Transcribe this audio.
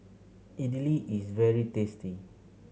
Idili is very tasty